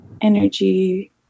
energy